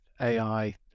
AI